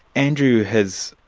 andrew has,